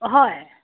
অঁ হয়